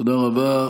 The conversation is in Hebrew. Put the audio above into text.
תודה רבה.